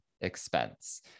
expense